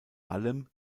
allem